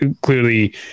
clearly